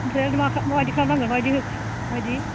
ओमफ्राय मा माबायदि खालामनांगोन माबायदि हो माबायदि